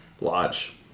Lodge